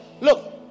Look